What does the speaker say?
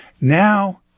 Now –